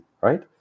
right